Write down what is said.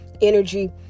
energy